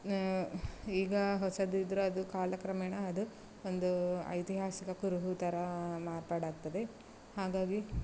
ಈಗ ಹೊಸದಿದ್ದರೆ ಅದು ಕಾಲಕ್ರಮೇಣ ಅದು ಒಂದು ಐತಿಹಾಸಿಕ ಕುರುಹು ಥರ ಮಾರ್ಪಾಡಾಗ್ತದೆ ಹಾಗಾಗಿ